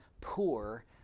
poor